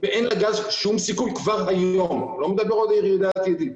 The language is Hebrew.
אין לגז שום סיכום כבר היום ואני לא מדבר על ירידה עתידית.